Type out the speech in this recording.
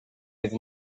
with